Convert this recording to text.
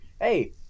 hey